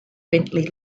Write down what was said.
bentley